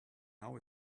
now